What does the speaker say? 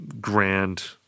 grand